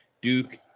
Duke